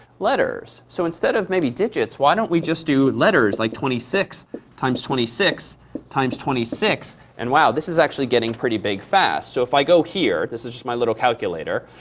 letters. so instead of maybe digits, why don't we just do letters, like twenty six times twenty six times twenty six and wow, this is actually getting pretty big fast. so if i go here this is my little calculator.